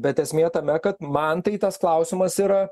bet esmė tame kad man tai tas klausimas yra